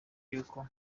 yuko